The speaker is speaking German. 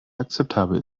akzeptabel